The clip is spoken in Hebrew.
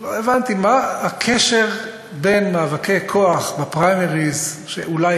לא הבנתי מה הקשר בין מאבקי כוח בפריימריז שאולי